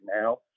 now